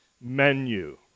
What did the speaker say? menu